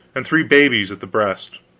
and three babies at the breast.